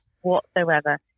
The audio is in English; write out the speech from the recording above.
whatsoever